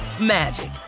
magic